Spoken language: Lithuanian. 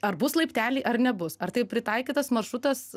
ar bus laipteliai ar nebus ar tai pritaikytas maršrutas